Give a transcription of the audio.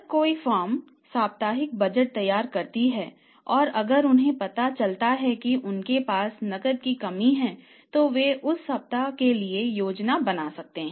जब कोई फर्म साप्ताहिक बजट तैयार करती है और अगर उन्हें पता चलता है कि उनके पास नकदी की कमी है तो वे उस सप्ताह के लिए योजना बना सकते हैं